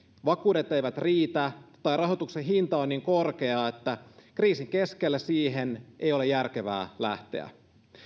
vakuudet eivät riitä tai rahoituksen hinta on niin korkea että kriisin keskellä siihen ei ole järkevää lähteä